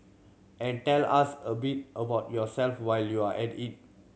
and tell us a bit about yourself while you're at it